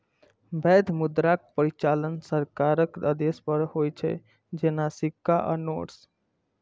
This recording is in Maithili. वैध मुद्राक परिचालन सरकारक आदेश पर होइ छै, जेना सिक्का आ नोट्स